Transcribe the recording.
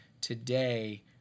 Today